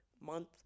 month